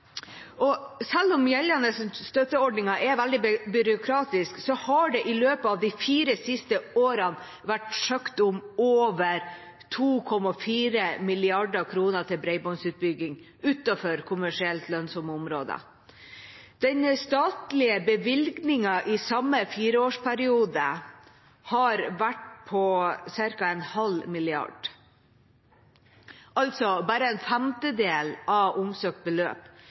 Selv om den gjeldende støtteordningen er veldig byråkratisk, har det i løpet av de fire siste årene vært søkt om over 2,4 mrd. kr til bredbåndsutbygging utenfor kommersielt lønnsomme områder. Den statlige bevilgningen i samme fireårsperiode har vært på ca. en halv milliard, altså bare en femtedel av omsøkt beløp.